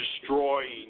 destroying